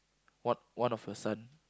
one one of your son